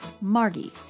Margie